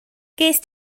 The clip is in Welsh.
gest